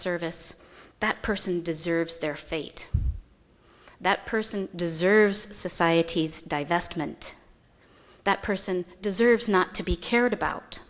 service that person deserves their fate that person deserves society's divestment that person deserves not to be cared about